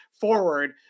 forward